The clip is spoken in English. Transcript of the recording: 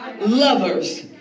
Lovers